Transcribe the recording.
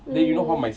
mm